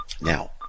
Now